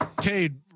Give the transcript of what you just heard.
Cade